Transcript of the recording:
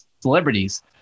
celebrities